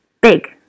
big